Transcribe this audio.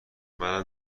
منم